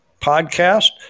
podcast